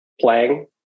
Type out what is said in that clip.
playing